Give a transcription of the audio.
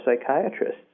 psychiatrists